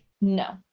No